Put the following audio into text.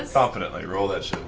ah confidently. roll that